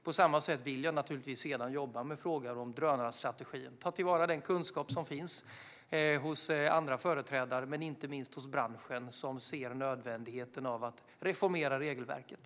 På samma sätt vill jag naturligtvis sedan jobba med frågor om drönarstrategin: ta till vara den kunskap som finns hos andra företrädare men inte minst hos branschen, som ser nödvändigheten av att reformera regelverket.